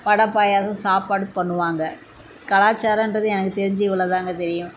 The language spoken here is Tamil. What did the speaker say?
வடை பாயாசம் சாப்பாடு பண்ணுவாங்க கலாச்சாரன்றது எனக்கு தெரிஞ்சி இவ்வளோதாங்க தெரியும்